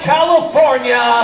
California